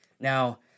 Now